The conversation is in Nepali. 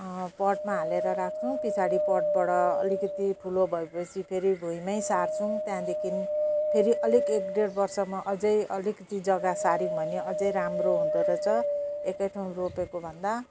पटमा हालेर राख्छौँ पछाडि पटबाट अलिकति ठुलो भए पछि फेरि भुइँमै सार्छौँ त्यहाँदेखि फेरि अलिक एक डेढ वर्षमा अझै अलिकति जगा सार्यौँ भने अझै राम्रो हुँदो रहेछ एकै ठाउँ रोपेको भन्दा